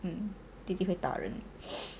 um 弟弟会打人